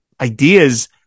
ideas